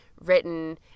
written